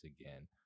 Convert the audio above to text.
again